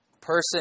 person